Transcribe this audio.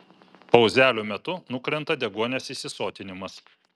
pauzelių metu nukrenta deguonies įsisotinimas